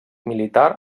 militar